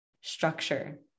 structure